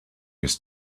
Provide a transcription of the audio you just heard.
his